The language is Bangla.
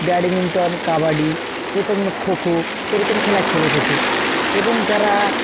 ব্যাডমিন্টন কাবাডি এরকম খো খো এরকম খেলা খেলে থাকে এবং যারা